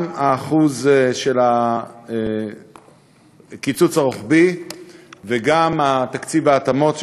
גם ה-1% של הקיצוץ הרוחבי וגם תקציב ההתאמות,